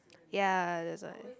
ya that's why